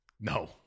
No